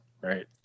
right